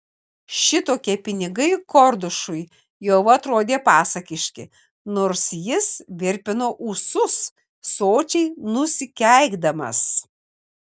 šitokie pinigai kordušui jau atrodė pasakiški nors jis virpino ūsus sočiai nusikeikdamas